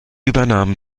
übernahm